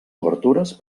obertures